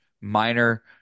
minor